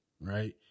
right